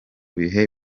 bihe